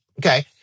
Okay